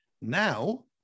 Now